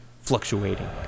fluctuating